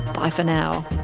bye for now